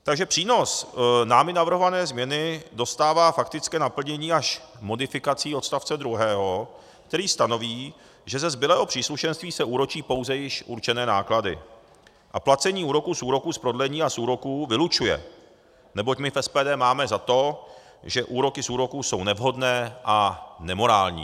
Takže přínos námi navrhované změny dostává faktické naplnění až modifikací odstavce druhého, který stanoví, že ze zbylého příslušenství se úročí pouze již určené náklady a placení úroků z úroků z prodlení a z úroků vylučuje, neboť my v SPD máme za to, že úroky z úroků jsou nevhodné a nemorální.